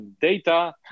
data